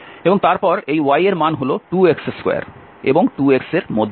এবং তারপর এই y এর মান হল 2x2এবং 2 x এর মধ্যে